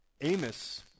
Amos